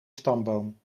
stamboom